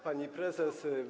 Pani Prezes!